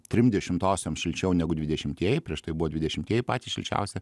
trim dešimtosiom šilčiau negu dvidešimieji prieš tai buvo dvidešimieji patys šilčiausi